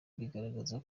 bigaragaza